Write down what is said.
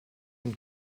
und